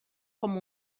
com